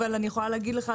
אבל אני יכולה להגיד לך,